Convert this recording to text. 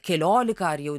keliolika ar jau